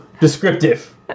descriptive